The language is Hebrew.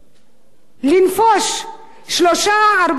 לנפוש שלושה-ארבעה ימים,